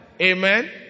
Amen